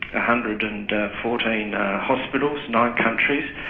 hundred and fourteen hospitals, nine countries,